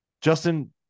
Justin